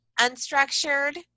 unstructured